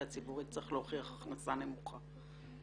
הציבורית צריך להוכיח הכנסה נמוכה.